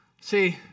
See